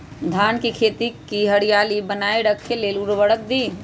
धान के खेती की हरियाली बनाय रख लेल उवर्रक दी?